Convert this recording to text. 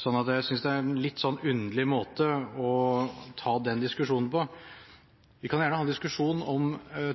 jeg synes det er en litt underlig måte å ta den diskusjonen på. Vi kan gjerne ha en diskusjon om